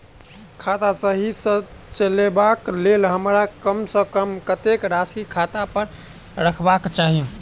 खाता सही सँ चलेबाक लेल हमरा कम सँ कम कतेक राशि खाता पर रखबाक चाहि?